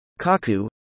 Kaku